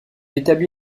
établit